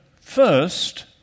first